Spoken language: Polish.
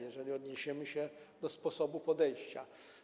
Jeżeli odniesiemy się do sposobu podejścia.